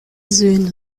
söhne